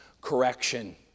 correction